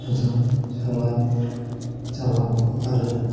मोजां साननाय जालांगोन आरो